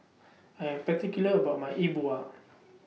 I Am particular about My E Bua